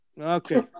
Okay